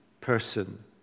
person